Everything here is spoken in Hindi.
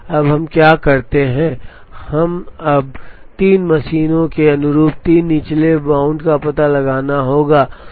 अब हम क्या करते हैं अब हमें 3 मशीनों के अनुरूप तीन निचले बाउंड का पता लगाना होगा